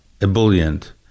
ebullient